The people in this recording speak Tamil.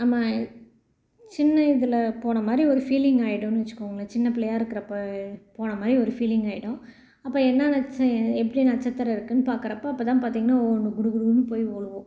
நம்ம சின்ன இதில் போன மாதிரி ஒரு ஃபீலிங் ஆயிடும்னு வச்சுங்கோங்களேன் சின்ன பிள்ளையாக இருக்கிறப்ப போன மாதிரி ஒரு ஃபீலிங் ஆயிடும் அப்போ என்ன நட்ச எப்படி நட்சத்திரம் இருக்குதுன்னு பார்க்கறப்ப அப்போ தான் பார்த்திங்கன்னா ஒன்று குடு குடுன்னு போய் உழுவும்